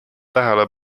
tähele